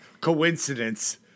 coincidence